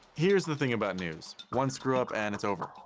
here's the thing about news one screw-up, and it's over.